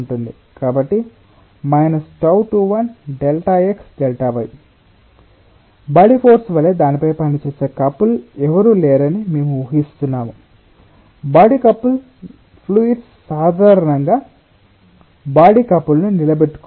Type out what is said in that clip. కాబట్టి −τ 21ΔxΔy body force వలె దానిపై పనిచేసే కపుల్ ఎవరూ లేరని మేము ఉహిస్తున్నాము బాడీ కపుల్ ద్రవాలు సాధారణంగా బాడీ కపుల్ ను నిలబెట్టుకోవు